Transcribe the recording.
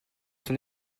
son